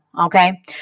okay